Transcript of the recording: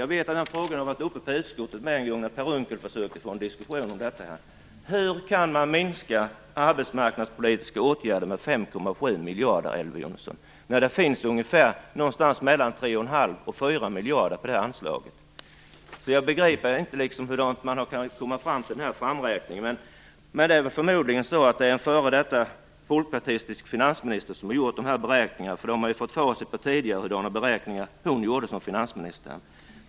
Jag vet att den här frågan har varit uppe i utskottet en gång när Per Unckel försökte få en diskussion om detta: Hur kan man minska arbetsmarknadspolitiska åtgärder med 5,7 miljarder, Elver Jonsson, när det finns mellan 31⁄2 och 4 miljarder i det här anslaget? Jag begriper inte hur man har kunnat komma fram till den här uträkningen, men det är väl förmodligen så att det är en folkpartistisk före detta finansminister som har gjort den. Det finns ju facit sedan tidigare på hurdana beräkningar hon gjorde som finansminister.